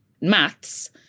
maths